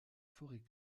forêts